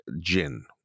gin